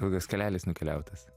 ilgas kelelis nukeliautas